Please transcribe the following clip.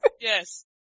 Yes